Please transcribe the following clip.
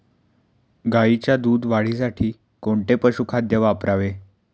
गाईच्या दूध वाढीसाठी कोणते पशुखाद्य वापरावे?